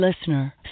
listener